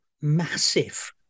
massive